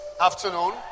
afternoon